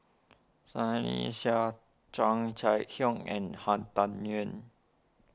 Sunny Sia Chia Hock and Han Tan Juan